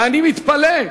ואני מתפלא,